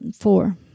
four